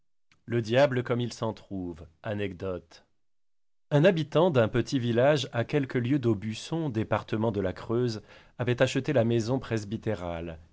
le diable comme il s'en trouve anecdote un habitant d'un petit village à quelques lieues d'aubusson département de la creuze avait acheté la maison